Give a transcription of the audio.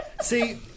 See